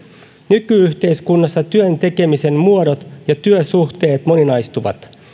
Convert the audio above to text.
nyky yhteiskunnassa työn tekemisen muodot ja työsuhteet moninaistuvat